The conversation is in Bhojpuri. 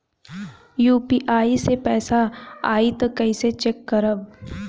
यू.पी.आई से पैसा आई त कइसे चेक करब?